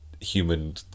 human